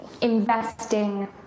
investing